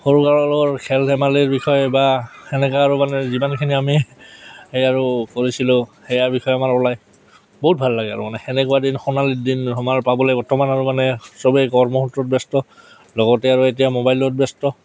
সৰু কালৰ খেল ধেমালিৰ বিষয়ে বা সেনেকা আৰু মানে যিমানখিনি আমি সেই আৰু কৰিছিলোঁ সেয়াৰ বিষয়ে আমাৰ ওলাই বহুত ভাল লাগে আৰু মানে সেনেকুৱা দিন সোণালী দিন আমাৰ পাবলৈ বৰ্তমান আৰু মানে চবেই কৰ্মসূত্ৰত ব্যস্ত লগতে আৰু এতিয়া মোবাইলত ব্যস্ত